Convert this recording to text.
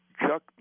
Chuck